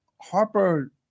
Harper –